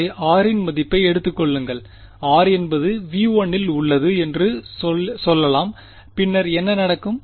எனவே r இன் மதிப்பை எடுத்துக் கொள்ளுங்கள் r என்பது V1 இல் உள்ளது என்று சொல்லலாம்பின்னர் என்ன நடக்கும்